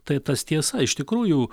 tai tas tiesa iš tikrųjų